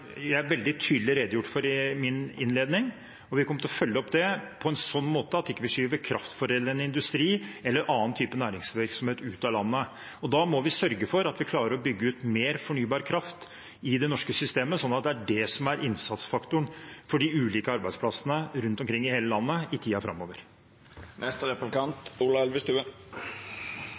veldig tydelig redegjort for i min innledning. Vi kommer til å følge opp det på en sånn måte at vi ikke skyver kraftforedlende industri eller annen type næringsvirksomhet ut av landet. Da må vi sørge for at vi klarer å bygge ut mer fornybar kraft i det norske systemet, sånn at det er det som er innsatsfaktoren for de ulike arbeidsplassene rundt omkring i hele landet i tiden framover.